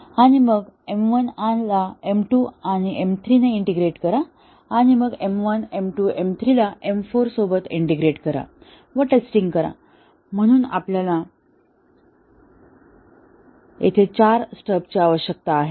आणि मग M1 ला M2 आणि M3 ने इंटिग्रेट करा आणि मग M1 M2 M3 ला M4 ने इंटिग्रेट करा व टेस्टिंग करा म्हणून आपल्याला इथे चार स्टब्सची आवश्यकता आहे